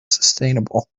sustainable